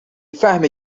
فهمی